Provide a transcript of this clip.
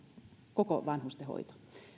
koko vanhustenhoito